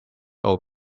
old